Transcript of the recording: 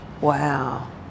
wow